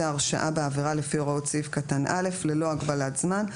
ההרשעה בעבירה לפי הוראות סעיף קטן (א) ללא הגבלת זמן,